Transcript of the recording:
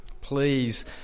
Please